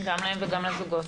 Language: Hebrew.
גם להם וגם לזוגות.